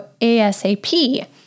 ASAP